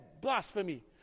blasphemy